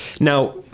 Now